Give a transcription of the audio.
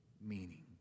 meaning